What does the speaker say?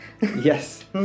Yes